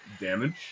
damage